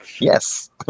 Yes